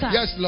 Yes